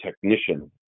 technician